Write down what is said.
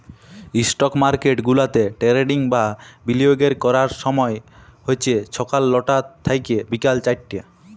stock market গুলাতে trading বা বিলিয়গের ক্যরার ছময় হছে ছকাল লটা থ্যাইকে বিকাল চারটা